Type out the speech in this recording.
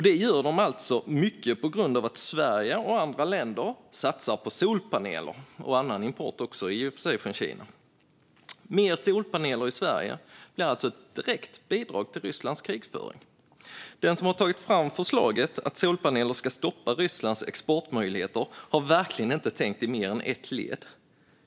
Det gör de alltså mycket på grund av att Sverige och andra länder satsar på solpaneler - och även annan import från Kina, i och för sig. Mer solpaneler i Sverige innebär alltså ett direkt bidrag till Rysslands krigföring. Den som har tagit fram förslaget att solpaneler ska stoppa Rysslands exportmöjligheter har verkligen inte tänkt i mer än ett led.